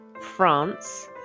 France